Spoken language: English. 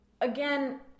again